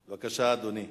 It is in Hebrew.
בבקשה, אדוני,